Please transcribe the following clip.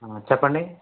చెప్పండి